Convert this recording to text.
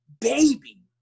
baby